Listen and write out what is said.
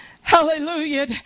hallelujah